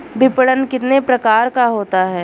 विपणन कितने प्रकार का होता है?